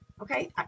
Okay